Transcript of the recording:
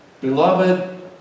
Beloved